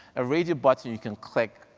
a radio button you can click,